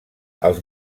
els